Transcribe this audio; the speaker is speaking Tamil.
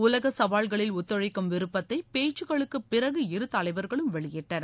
உலக சவால்களில் ஒத்துழைக்கும் விருப்பத்தை பேச்சுக்களுக்கு பிறகு இரு தலைவா்களும் வெளியிட்டனர்